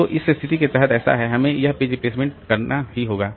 तो इस स्थिति के तहत ऐसा है हमें यह पेज रिप्लेसमेंट करना ही होगा